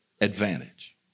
advantage